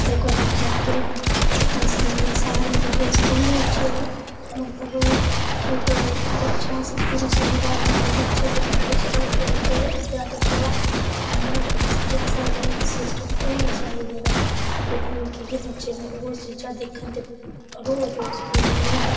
ओह् करना चाहिदा केह् करना असें साढ़े जेह्कें स्कूलें च मतलब बच्चें आस्तै पूरी सुविधा निं होंदी ते बच्चें स्कूल औंदे ते उं'दे आस्तै थोह्ड़ा मौज मस्ती आस्तै सिस्टम होने चाहिदे न ते की के बच्चे ओह् चीज़ां दिक्खदे न रोज़ रोज़ ओह् स्कूल औन